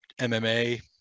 mma